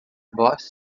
boss